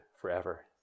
forever